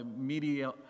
media